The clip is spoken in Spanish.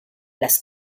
las